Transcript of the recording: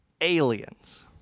aliens